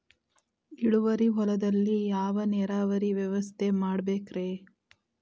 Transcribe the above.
ಇಳುವಾರಿ ಹೊಲದಲ್ಲಿ ಯಾವ ನೇರಾವರಿ ವ್ಯವಸ್ಥೆ ಮಾಡಬೇಕ್ ರೇ?